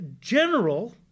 general